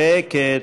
שקט.